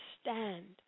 stand